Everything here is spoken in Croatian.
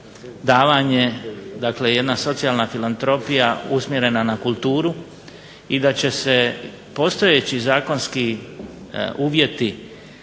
davanje dakle jedna socijalna filantropija usmjerena na kulturu i da će se postojeći zakonski uvjeti